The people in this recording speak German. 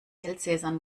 elsässern